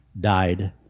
died